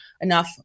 enough